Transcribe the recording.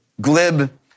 glib